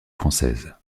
française